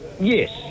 Yes